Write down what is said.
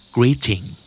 Greeting